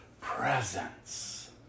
presence